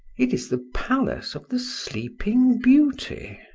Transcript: it is the palace of the sleeping beauty,